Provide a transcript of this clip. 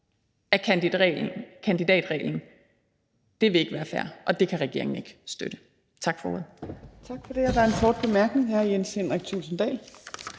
af kandidatreglen vil ikke være fair, og det kan regeringen ikke støtte. Tak for ordet.